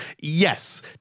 Yes